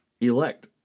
elect